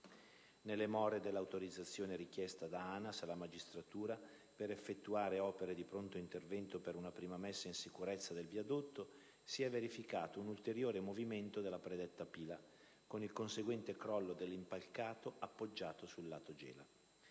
Nelle more dell'autorizzazione, richiesta da ANAS alla magistratura per effettuare opere di pronto intervento per una prima messa in sicurezza del viadotto, si è verificato un ulteriore movimento della predetta pila, con il conseguente crollo dell'impalcato appoggiato sul lato Gela.